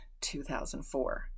2004